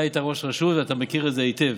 אתה היית ראש רשות, אתה מכיר את זה היטב.